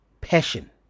passion